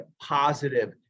positive